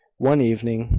one evening,